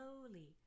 slowly